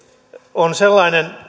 on sellainen